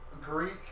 Greek